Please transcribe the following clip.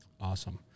Awesome